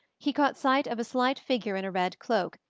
he caught sight of a slight figure in a red cloak,